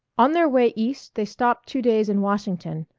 on their way east they stopped two days in washington,